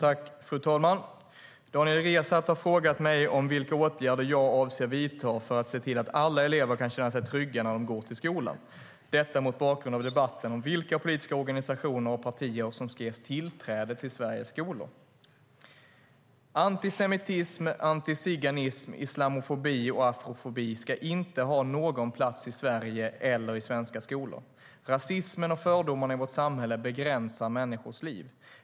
Fru talman! Daniel Riazat har frågat mig om vilka åtgärder jag avser att vidta för att se till att alla elever kan känna sig trygga när de går till skolan - detta mot bakgrund av debatten om vilka politiska organisationer och partier som ska ges tillträde till Sveriges skolor. Antisemitism, antiziganism, islamofobi och afrofobi ska inte ha någon plats i Sverige eller i svenska skolor. Rasismen och fördomarna i vårt samhälle begränsar människors liv.